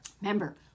Remember